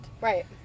right